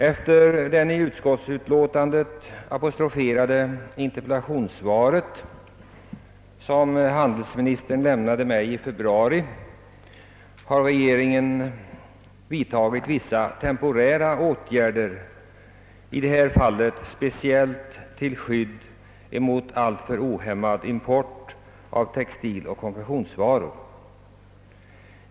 Efter det i utskottsutlåtandet apostroferade interpellationssvaret, som handelsministern lämnade mig i februari, har regeringen vidtagit vissa temporära åtgärder — i detta fall speciellt till skydd mot alltför ohämmad import av textiloch konfektionsvaror.